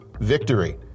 victory